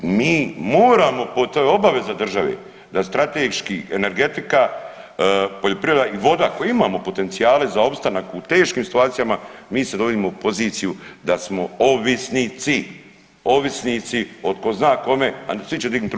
Mi moramo, to je obaveza države, da strateški energetika, poljoprivredi i voda koje imamo potencijale za opstanak u teškim situacijama mi se dovodimo u poziciju da smo ovisnici, ovisni o tko zna kome, a svi će dignut ruku